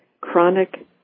chronic